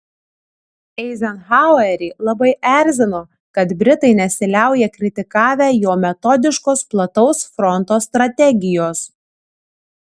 eizenhauerį labai erzino kad britai nesiliauja kritikavę jo metodiškos plataus fronto strategijos